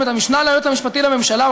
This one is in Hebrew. גם את המשנה ליועץ המשפטי לממשלה,